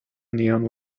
neon